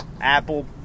Apple